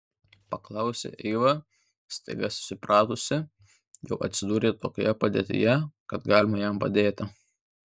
paklausė eiva staiga susipratusi jog atsidūrė tokioje padėtyje kad gali jam padėti